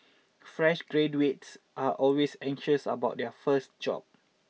fresh graduates are always anxious about their first job